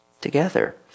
together